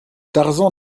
tarzan